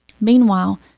Meanwhile